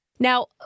Now